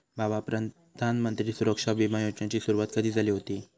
भावा, प्रधानमंत्री सुरक्षा बिमा योजनेची सुरुवात कधी झाली हुती